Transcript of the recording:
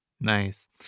Nice